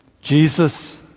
Jesus